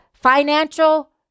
financial